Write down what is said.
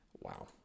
Wow